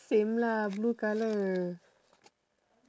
same lah blue colour